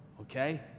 okay